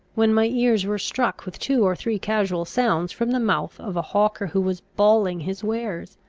when my ears were struck with two or three casual sounds from the mouth of a hawker who was bawling his wares.